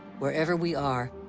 wherever we are,